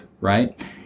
right